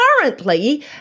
currently